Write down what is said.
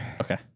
Okay